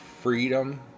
freedom